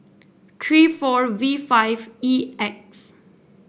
three four V five E X